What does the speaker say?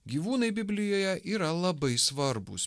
gyvūnai biblijoje yra labai svarbūs